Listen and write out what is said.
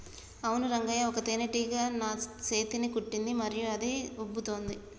అవును రంగయ్య ఒక తేనేటీగ నా సేతిని కుట్టింది మరియు అది ఉబ్బుతోంది